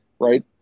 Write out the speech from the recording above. right